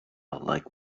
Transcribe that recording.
like